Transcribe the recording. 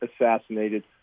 assassinated